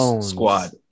Squad